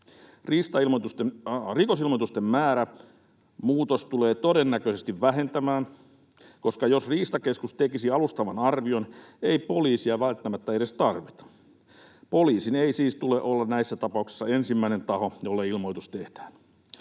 Rikosilmoitusten määrää muutos tulee todennäköisesti vähentämään, koska jos Riistakeskus tekisi alustavan arvion, ei poliisia välttämättä edes tarvita. Poliisin ei siis tule olla näissä tapauksissa ensimmäinen taho, jolle ilmoitus tehdään.